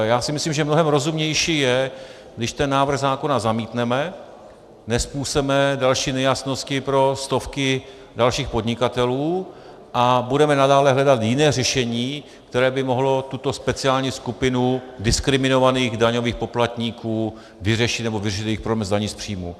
Já si myslím, že mnohem rozumnější je, když návrh zákona zamítneme, nezpůsobíme další nejasnosti pro stovky dalších podnikatelů a budeme nadále hledat jiné řešení, které by mohlo tuto speciální skupinu diskriminovaných daňových poplatníků vyřešit vyřešit jejich problém s daní z příjmu.